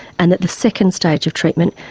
and that the second stage of treatment,